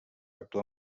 actuar